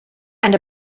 and